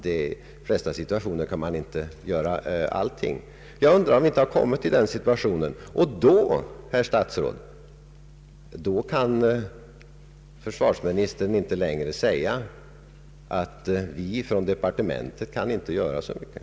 Det finns situationer när det inte finns mycket att göra, men försvarsministern borde inte säga att departementet inte kan göra så mycket.